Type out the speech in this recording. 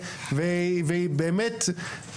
והיא באמת,